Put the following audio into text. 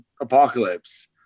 Apocalypse